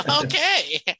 okay